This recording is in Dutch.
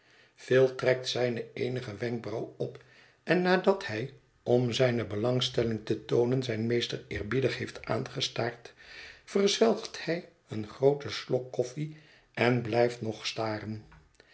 phil trekt zijne eenige wenkbrauw op en nadat hij om zijne belangstelling te toonen zijn meester eerbiedig heeft aangestaard verzwelgt hij een grooten slok koffie en blijft nog staren